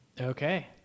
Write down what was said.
Okay